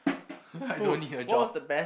I don't need your job